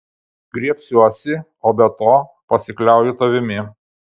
griebsiuosi o be to pasikliauju tavimi